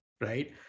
right